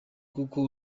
kuko